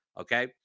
Okay